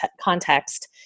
context